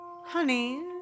Honey